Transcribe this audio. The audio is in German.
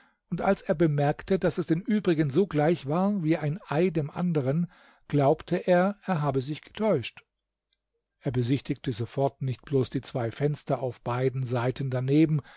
und als er bemerkte daß es den übrigen so gleich war wie ein ei dem andern glaubte er er habe sich getäuscht er besichtigte sofort nicht bloß die zwei fenster auf beiden seiten daneben